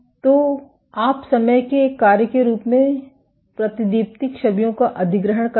तो और आप समय के एक कार्य के रूप में प्रतिदीप्ति छवियों का अधिग्रहण करते है